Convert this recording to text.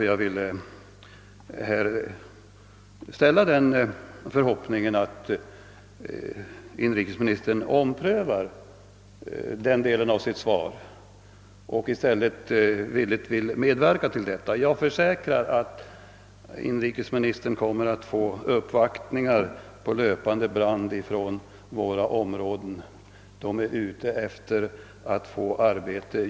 Jag vill nu uttala den förhoppningen, att inrikesministern omprövar den delen av sitt svar och förklarar sig villig att medverka. Jag försäkrar att inrikesministern i annat fall kommer att få ta emot en hel del uppvaktningar från våra trakter.